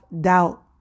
doubt